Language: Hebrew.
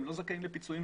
לא זכאים לפיצויים.